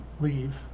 leave